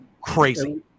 Crazy